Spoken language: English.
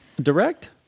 Direct